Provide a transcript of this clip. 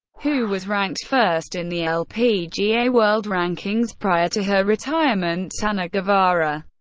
who was ranked first in the lpga world rankings prior to her retirement, ana guevara,